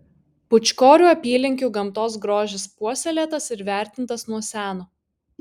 pūčkorių apylinkių gamtos grožis puoselėtas ir vertintas nuo seno